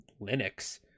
linux